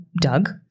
Doug